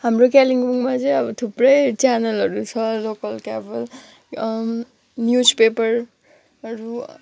हाम्रो कालिम्पोङमा चाहिँ अब थुप्रै च्यानलहरू छ लोकल केबल न्युज पेपरहरू